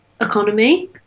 economy